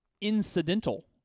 incidental